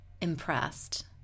impressed